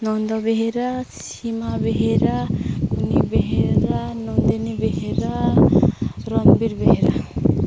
Nanda Behera Seema Behera Puni Behera Nandini Behera Ranbir Behera